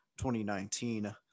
2019